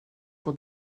pour